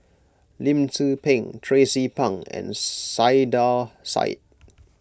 Lim Tze Peng Tracie Pang and Saiedah Said